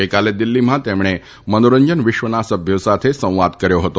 ગઇકાલે દિલ્ફીમાં તેમણે મનોરંજન વિશ્વના સભ્યો સાથે સંવાદ કર્યો હતો